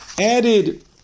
added